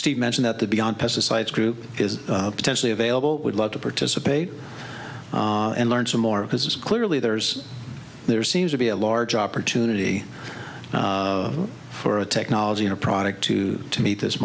steve mentioned that the beyond pesticides group is potentially available would love to participate and learn some more because it's clearly there's there seems to be a large opportunity for a technology or product to meet this